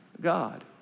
God